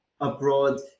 abroad